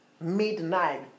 midnight